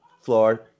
floor